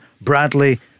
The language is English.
Bradley